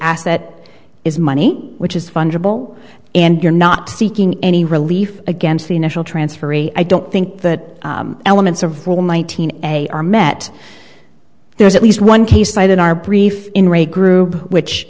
asset is money which is fungible and you're not seeking any relief against the initial transferee i don't think that elements of rule nineteen a are met there's at least one case side in our brief in re group which